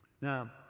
Now